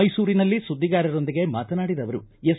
ಮೈಸೂರಿನಲ್ಲಿ ಸುದ್ದಿಗಾರರೊಂದಿಗೆ ಮಾತನಾಡಿದ ಅವರು ಎಸ್